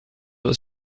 was